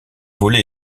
volet